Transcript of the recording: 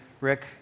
Rick